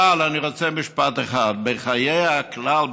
אבל אני רוצה לומר משפט אחד: בחיי הכלל,